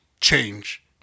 change